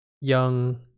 young